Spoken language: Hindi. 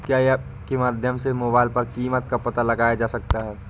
क्या ऐप के माध्यम से मोबाइल पर कीमत का पता लगाया जा सकता है?